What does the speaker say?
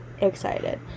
excited